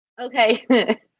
Okay